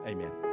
Amen